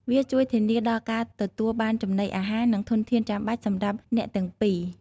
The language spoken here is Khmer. វាជួយធានាដល់ការទទួលបានចំណីអាហារ និងធនធានចាំបាច់សម្រាប់អ្នកទាំងពីរ។